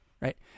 right